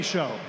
Show